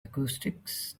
acoustics